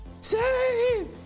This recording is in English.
Save